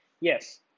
Yes